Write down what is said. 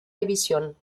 división